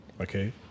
Okay